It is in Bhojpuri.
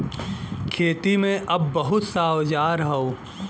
खेती में अब बहुत सा औजार हौ